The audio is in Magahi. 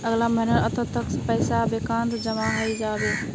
अगला महीनार अंत तक सब पैसा बैंकत जमा हइ जा बे